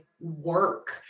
work